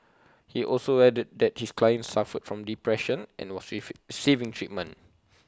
he also added that his client suffered from depression and was saving treatment